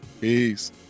Peace